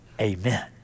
amen